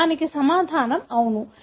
దానికి సమాధానం 'అవును'